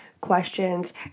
questions